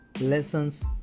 lessons